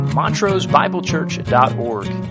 montrosebiblechurch.org